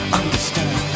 understand